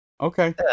Okay